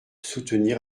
soutenir